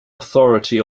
authority